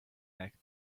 back